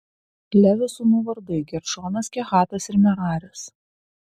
levio sūnų vardai geršonas kehatas ir meraris